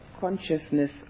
consciousness